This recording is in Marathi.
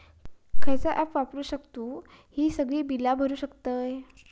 खयचा ऍप वापरू शकतू ही सगळी बीला भरु शकतय?